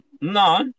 No